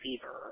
Fever